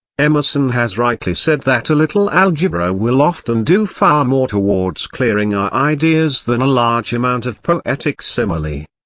emerson has rightly said that a little algebra will often do far more towards clearing our ideas than a large amount of poetic simile.